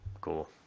Cool